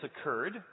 occurred